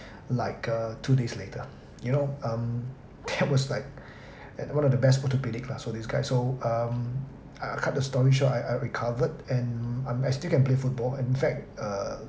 like uh two days later you know um that was like at one of the best orthopaedic lah so this guy so um I I cut the story short I recovered and I'm I still can play football and in fact uh